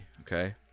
okay